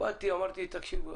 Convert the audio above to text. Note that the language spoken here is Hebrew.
אמרתי 'תקשיבו,